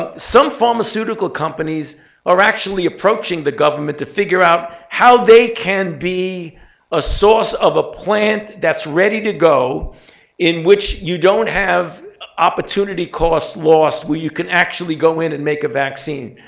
ah some pharmaceutical companies are actually approaching the government to figure out how they can be a source of a plant that's ready to go in which you don't have opportunity cost lost, where you can actually go in and make a vaccine.